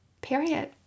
period